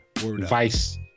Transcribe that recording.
Vice